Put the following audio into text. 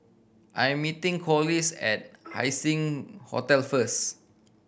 I am meeting Corliss at Haising Hotel first